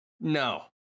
No